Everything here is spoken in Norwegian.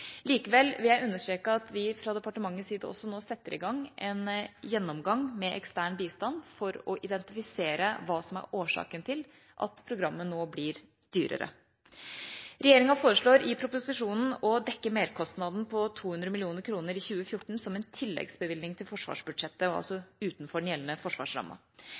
Likevel vil jeg understreke at vi fra departementets side nå også setter i gang en gjennomgang med ekstern bistand, for å identifisere hva som er årsaken til at programmet nå blir dyrere. Regjeringa foreslår i proposisjonen å dekke merkostnaden på 200 mill. kr i 2014 som en tilleggsbevilgning til forsvarsbudsjettet, altså utenfor den gjeldende